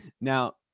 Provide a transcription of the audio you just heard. Now